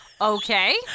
Okay